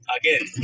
again